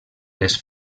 les